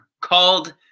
Called